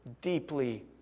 deeply